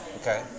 Okay